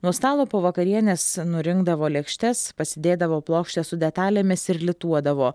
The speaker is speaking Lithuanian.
nuo stalo po vakarienės nurinkdavo lėkštes pasidėdavo plokštę su detalėmis ir lituodavo